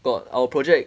got our project